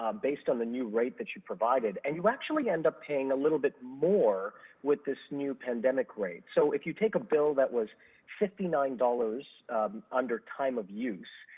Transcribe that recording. um based on the new rate that you have provided, and you actually end up paying a little bit more with this new pandemic rate. so, if you take a bill that was fifty nine dollars under time of use,